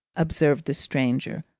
observed the stranger.